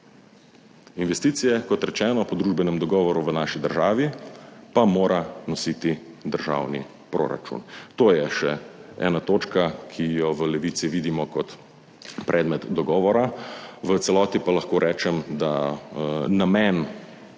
Investicije, kot rečeno po družbenem dogovoru v naši državi pa mora nositi državni proračun. To je še ena točka, ki jo v Levici vidimo kot predmet dogovora, v celoti pa lahko rečem, da namen